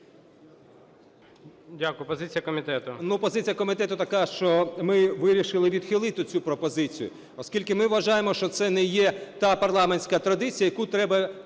Дякую. Позиція комітету.